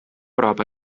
prop